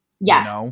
Yes